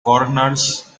corners